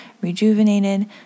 rejuvenated